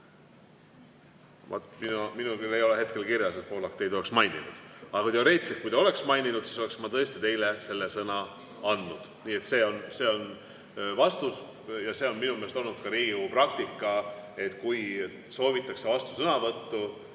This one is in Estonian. küll ei ole hetkel kirjas, et Pohlak teid oleks maininud, aga teoreetiliselt, kui ta oleks maininud, siis oleksin ma tõesti teile selle sõna andnud. Nii et see on vastus. See on minu meelest olnud ka Riigikogu praktika, et kui soovitakse vastusõnavõttu,